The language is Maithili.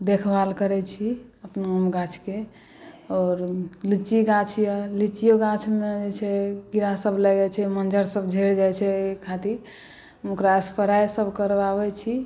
देखभाल करै छी अपन आम गाछके आओर लीची गाछ अइ लिचिओ गाछमे जे छै कीड़ासब लागि जाइ छै मज्जर सब झरि जाइ छै एहि खातिर ओकरा स्प्रेसब करबाबै छी